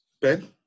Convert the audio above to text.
Ben